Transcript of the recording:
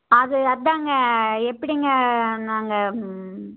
அது அதாங்க எப்படிங்க நாங்கள்